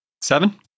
Seven